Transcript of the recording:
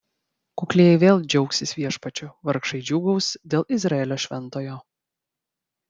kuklieji vėl džiaugsis viešpačiu vargšai džiūgaus dėl izraelio šventojo